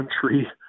country